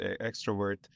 extrovert